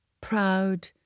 proud